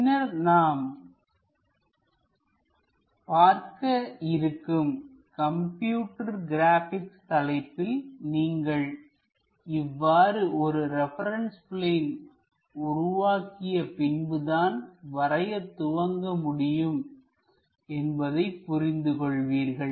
பின்னர் நாம் பார்க்க இருக்கும் கம்ப்யூட்டர் கிராபிக்ஸ் தலைப்பில் நீங்கள் இவ்வாறு ஒரு ரெபரன்ஸ் பிளேன் உருவாக்கிய பின்புதான் வரையத் துவங்க முடியும் என்பதை புரிந்து கொள்வீர்கள்